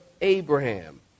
Abraham